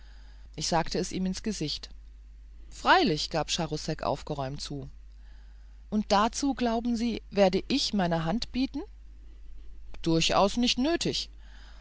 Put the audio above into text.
ich sagte es ihm ins gesicht freilich gab charousek aufgeräumt zu und dazu glauben sie werde ich meine hand bieten durchaus nicht nötig